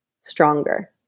stronger